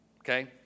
okay